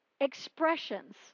expressions